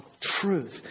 truth